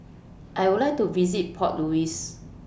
I Would like to visit Port Louis